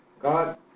God